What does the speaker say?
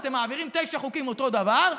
אתם מעבירים תשעה חוקים אותו הדבר,